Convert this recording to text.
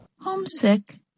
Homesick